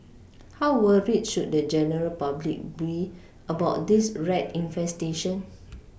how worried should the general public be about this rat infestation